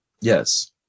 Yes